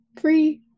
free